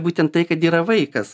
būtent tai kad yra vaikas